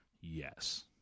Yes